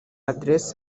address